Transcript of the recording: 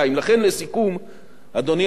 אדוני היושב-ראש, זה לא מובן מאליו.